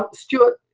stuart,